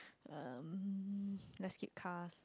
um let's skip cars